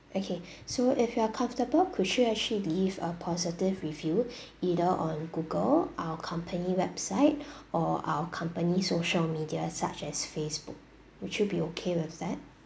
okay so if you are comfortable could you actually leave a positive review either on google our company website or our company social media such as Facebook would you be okay with that